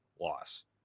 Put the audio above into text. loss